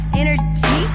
energy